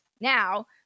now